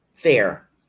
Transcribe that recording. Fair